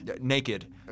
naked